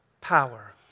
power